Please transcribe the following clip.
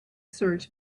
search